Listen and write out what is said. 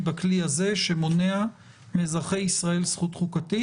בכלי הזה שמונע מאזרחי ישראל זכות חוקתית.